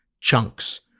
chunks